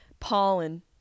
pollen